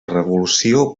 revolució